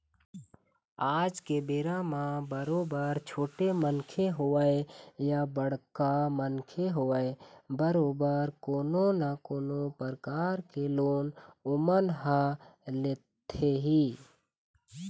आज के बेरा म बरोबर छोटे मनखे होवय या बड़का मनखे होवय बरोबर कोनो न कोनो परकार के लोन ओमन ह लेथे ही